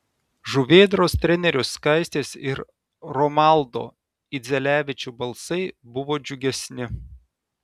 žuvėdros trenerių skaistės ir romaldo idzelevičių balsai buvo džiugesni